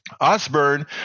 Osborne